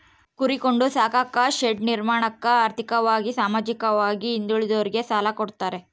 ಕುರಿ ಕೊಂಡು ಸಾಕಾಕ ಶೆಡ್ ನಿರ್ಮಾಣಕ ಆರ್ಥಿಕವಾಗಿ ಸಾಮಾಜಿಕವಾಗಿ ಹಿಂದುಳಿದೋರಿಗೆ ಸಾಲ ಕೊಡ್ತಾರೆ